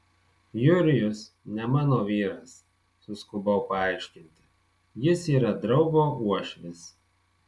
jurijus ne mano vyras suskubau paaiškinti jis yra draugo uošvis